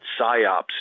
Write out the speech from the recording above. psyops